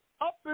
up